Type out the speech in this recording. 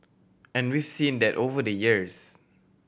and we've seen that over the years